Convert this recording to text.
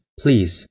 please